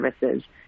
services